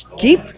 keep